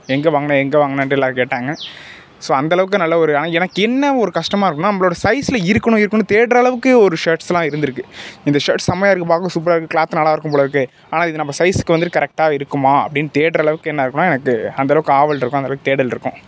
எங்கே வாங்கின எங்கே வாங்கினன்ட்டு எல்லோரும் கேட்டாங்க ஸோ அந்த அளவுக்கு நல்ல ஒரு ஆனால் எனக்கு என்ன ஒரு கஷ்டமாக இருக்குன்னால் நம்மளோட சைஸில் இருக்கணும் இருக்கணும் தேடுகிற அளவுக்கே ஒரு ஷர்ட்ஸ்லாம் இருந்துருக்குது இந்த ஷர்ட் செம்மையாக இருக்குது பார்க்க சூப்பராக இருக்குது க்ளாத் நல்லா இருக்கும் போல இருக்குது ஆனால் இது நம்ம சைஸுக்கு வந்துரு கரெக்ட்டாக இருக்குமா அப்படின்னு தேடுகிற அளவுக்கு என்ன இருக்குன்னால் எனக்கு அந்த அளவுக்கு ஆவல் இருக்கும் அந்த அளவுக்கு தேடல் இருக்கும்